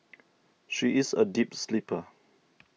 she is a deep sleeper